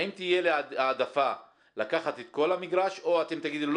האם תהיה לי העדפה לקחת את כל המגרש או שאתם תגידו לי,